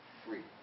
free